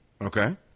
Okay